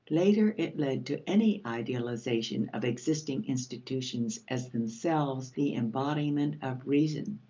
later it led to any idealization of existing institutions as themselves the embodiment of reason.